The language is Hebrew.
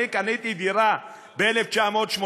אני קניתי דירה ב-1980,